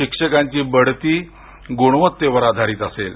शिक्षकांची बढती गुणवत्तेवर आधारित असेल